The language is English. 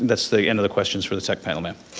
that's the end of the questions for the tech panel, ma'am.